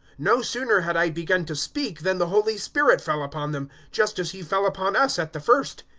no sooner had i begun to speak than the holy spirit fell upon them, just as he fell upon us at the first.